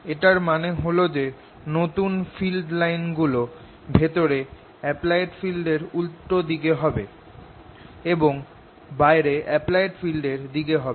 এটার মানে হল যে নতুন ফিল্ড লাইন গুলো ভেতরে অ্যাপ্লায়েড ফিল্ড এর উল্টো দিকে হবে এবং বাইরে অ্যাপ্লায়েড ফিল্ড এর দিকে হবে